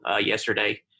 Yesterday